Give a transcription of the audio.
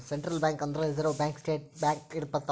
central bank ಅಂದ್ರ reserve bank state bank ಬರ್ತವ